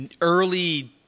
early